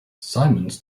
symons